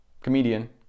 comedian